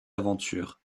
aventures